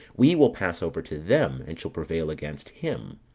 we will pass over to them, and shall prevail against him.